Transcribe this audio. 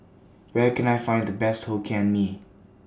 Where Can I Find The Best Hokkien Mee